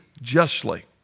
justly